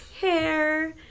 hair